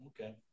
Okay